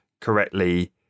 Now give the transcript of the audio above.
correctly